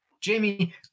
Jamie